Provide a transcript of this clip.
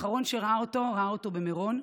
האחרון שראה אותו ראה אותו במירון,